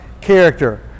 character